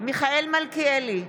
מיכאל מלכיאלי,